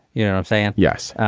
you know i'm saying yes.